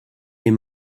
est